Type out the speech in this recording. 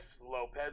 lopez